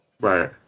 Right